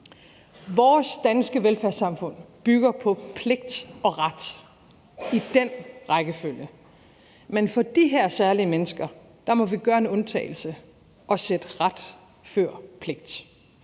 Vores danske velfærdssamfund bygger på pligt og ret i dén rækkefølge, men for de her særlige mennesker må vi gøre en undtagelse og sætte ret før pligt